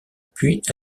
puis